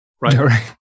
Right